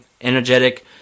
energetic